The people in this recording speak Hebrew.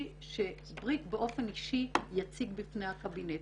שבריק באופן אישי יציג בפני הקבינט.